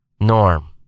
Norm